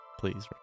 Please